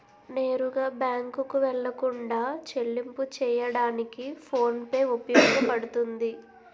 నేరుగా బ్యాంకుకు వెళ్లకుండా చెల్లింపు చెయ్యడానికి ఫోన్ పే ఉపయోగపడుతుంది